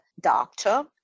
doctor